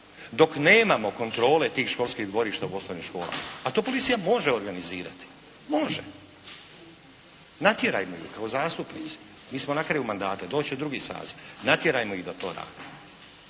dok nemamo kontrole tih školskih dvorišta u osnovnim školama, a to policija može organizirati, može, natjerajmo ih kao zastupnici. Mi smo na kraju mandata. Doći će drugi saziv. Natjerajmo ih da to rade.